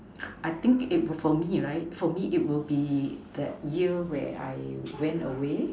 I think it will probably for me right for me it will be that year where I ran away